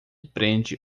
prende